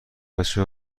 بچه